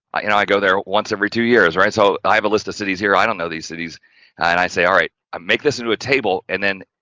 i you know i go there once every two years, right so, i have a list of cities here, i don't know these cities and i say, all right i make this into a table and then,